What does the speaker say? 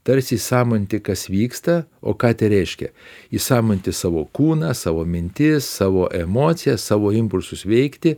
tarsi įsisąmoninti kas vyksta o ką tai reiškia įsąmoninti savo kūną savo mintis savo emocijas savo impulsus veikti